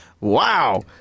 wow